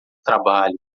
trabalho